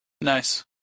Nice